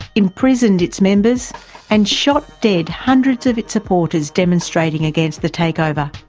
imprisoned its members and shot dead hundreds of its supporters demonstrating against the takeover.